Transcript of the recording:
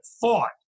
fought